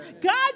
God